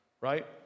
right